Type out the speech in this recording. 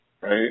Right